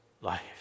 life